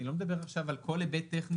אני לא מדבר עכשיו על כל היבט טכני